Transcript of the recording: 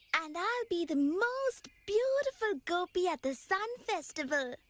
and i'll be the most beautiful gopi at the sun festival.